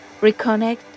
Reconnect